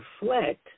reflect